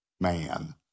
man